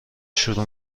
شروع